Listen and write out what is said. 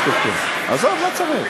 עזוב, לא צריך.